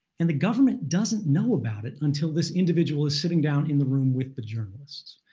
and the government doesn't know about it until this individual is sitting down in the room with the journalists?